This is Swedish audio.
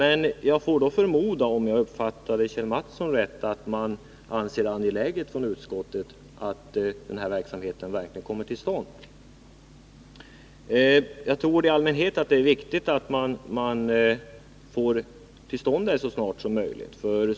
Om jag uppfattade Kjell Mattsson rätt, får jag förmoda att utskottet anser att det är angeläget att denna verksamhet verkligen kommer till stånd. Jag tror att det är viktigt att den kommer till stånd så snart som möjligt.